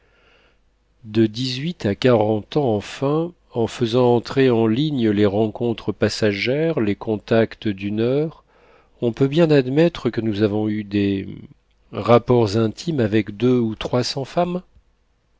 de dix-huit à quarante ans enfin en faisant entrer en ligne les rencontres passagères les contacts d'une heure on peut bien admettre que nous avons eu des rapports intimes avec deux ou trois cents femmes